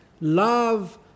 love